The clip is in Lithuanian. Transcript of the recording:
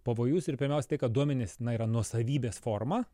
pavojus ir pirmiausia tai kad duomenys na yra nuosavybės forma